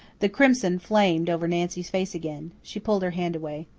the crimson flamed over nancy's face again. she pulled her hand away.